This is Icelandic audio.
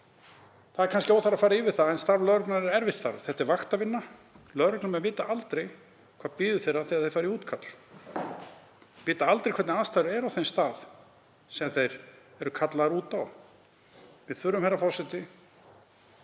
Það er kannski óþarfi að fara yfir það en starf lögreglunnar er erfitt starf. Þetta er vaktavinna. Lögreglumenn vita aldrei hvað bíður þeirra þegar þeir fara í útkall, þeir vita aldrei hvernig aðstæður eru á þeim stað sem þeir eru kallaðir út á. Við þurfum, herra forseti,